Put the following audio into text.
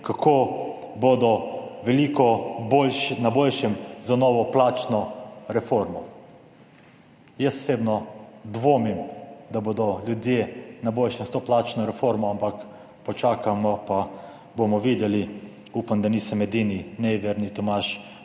kako bodo veliko boljše, na boljšem za novo plačno reformo. Jaz osebno dvomim, da bodo ljudje na boljšem s to plačno reformo, ampak počakajmo pa bomo videli; upam, da nisem edini nejeverni Tomaž